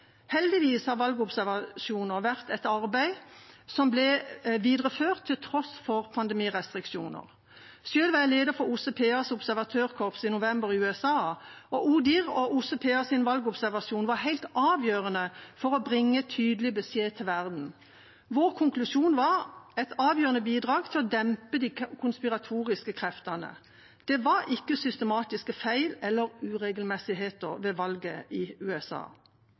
Heldigvis har valgobservasjoner vært et arbeid som ble videreført til tross for pandemirestriksjoner. Selv var jeg leder for OSSE PA sitt observatørkorps i november i USA, og ODIHR og OSSE PA sin valgobservasjon var helt avgjørende for å bringe tydelig beskjed til verden. Vår konklusjon var et avgjørende bidrag til å dempe de konspiratoriske kreftene. Det var ikke systematiske feil eller uregelmessigheter ved valget i USA.